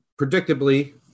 predictably